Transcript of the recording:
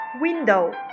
window